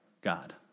God